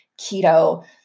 Keto